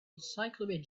encyclopedia